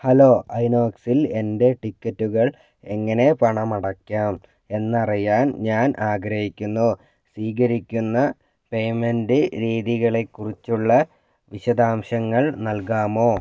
hello ഐനോക്സസിൽ എൻ്റെ ടിക്കറ്റുകൾ എങ്ങനെ പണമടക്കാം എന്നറിയാൻ ഞാൻ ആഗ്രഹിക്കുന്നു സ്വീകരിക്കുന്ന പേയ്മെൻ്റ് രീതികളെക്കുറിച്ചുള്ള വിശദാംശങ്ങൾ നൽകാമോ